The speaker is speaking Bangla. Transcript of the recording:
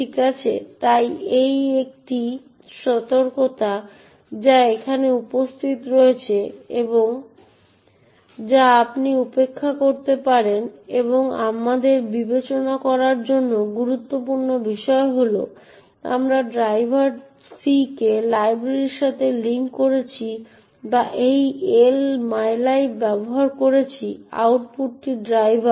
ঠিক আছে তাই এটি একটি সতর্কতা যা এখানে উপস্থিত রয়েছে যা আপনি উপেক্ষা করতে পারেন তবে আমাদের বিবেচনা করার জন্য গুরুত্বপূর্ণ বিষয় হল আমরা ড্রাইভারc কে লাইব্রেরির সাথে লিঙ্ক করছি বা এই L mylib ব্যবহার করছি আউটপুটটি ড্রাইভার